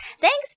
Thanks